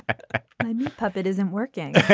puppet isn't working